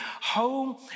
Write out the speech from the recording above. home